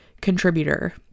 contributor